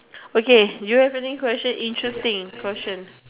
okay do you have any question interesting questions